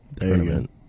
tournament